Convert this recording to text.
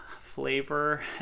flavor